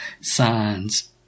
signs